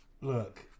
Look